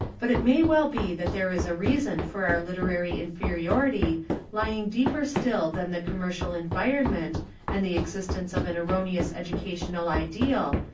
but it may well be that there is a reason for our literary inferiority lying deeper still than the commercial environment and the existence of an erroneous educational ideal,